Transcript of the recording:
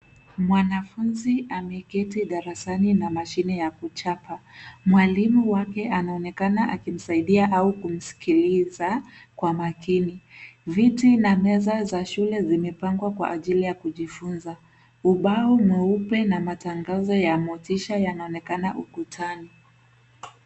Mwanafunzi ameketi darasani na mashine ya kuchapa. Mwalimu wake anaonekana akimsaidia au kumsikiliza kwa makini. Viti na meza za shule zimepangwa kwa ajili ya kujifunza. Ubao mweupe na matangazo ya motisha yanonekana ukutani.